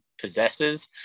possesses